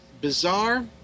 bizarre